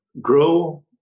grow